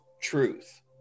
truth